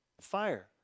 Fire